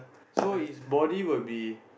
so his body will be